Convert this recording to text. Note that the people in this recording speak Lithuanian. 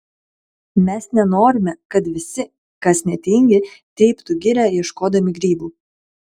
mes nenorime kad visi kas netingi tryptų girią ieškodami grybų